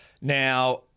Now